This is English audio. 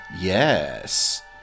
yes